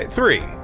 Three